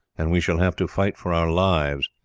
and we shall have to fight for our lives,